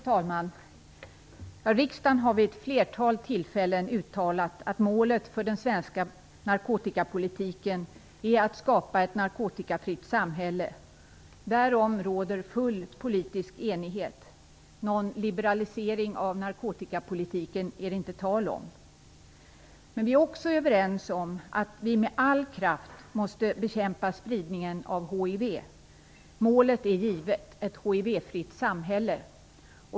Fru talman! Riksdagen har vid ett flertal tillfällen uttalat att målet för den svenska narkotikapolitiken är att skapa ett narkotikafritt samhälle. Därom råder full politisk enighet. Någon liberalisering av narkotikapolitiken är det inte tal om. Vi är också överens om att vi med all kraft måste bekämpa spridningen av hiv. Målet är givet: ett hivfritt samhälle.